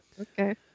okay